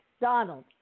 Donald